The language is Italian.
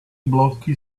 blocchi